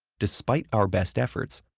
despite our best efforts,